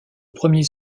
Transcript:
premier